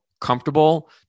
comfortable